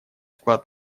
вклад